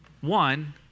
One